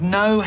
no